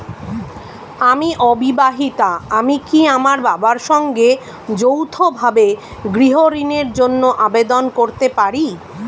আমি অবিবাহিতা আমি কি আমার বাবার সঙ্গে যৌথভাবে গৃহ ঋণের জন্য আবেদন করতে পারি?